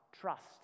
trust